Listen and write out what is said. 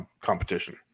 competition